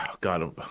God